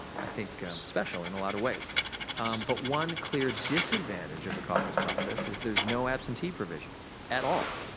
i think special in a lot of ways but one clear disadvantage of the caucus process is there's no absentee provision at all.